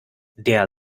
der